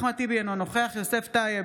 אחמד טיבי, אינו נוכח יוסף טייב,